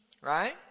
right